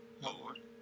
Lord